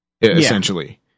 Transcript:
Essentially